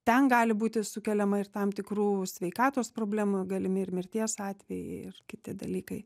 ten gali būti sukeliama ir tam tikrų sveikatos problemų galimi ir mirties atvejai ir kiti dalykai